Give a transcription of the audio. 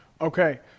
Okay